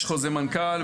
יש חוזר מנכ"ל,